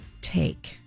Take